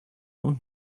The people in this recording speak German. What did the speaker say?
und